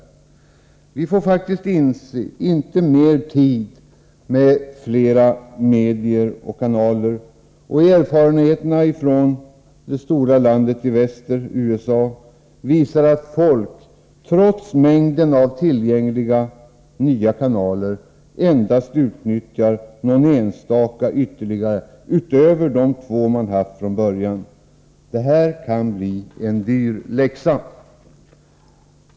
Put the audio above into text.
Det blir faktiskt inte mer tid genom flera medier och kanaler. Erfarenheterna från det stora landet i väster, USA, visar att folk trots mängden av tillgängliga nya kanaler endast utnyttjar någon enstaka ytterligare kanal utöver de två kanaler man haft från början. Det här kan bli en dyr läxa.